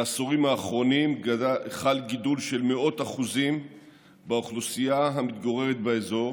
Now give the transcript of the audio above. בעשורים האחרונים חל גידול של מאות אחוזים באוכלוסייה המתגוררת באזור,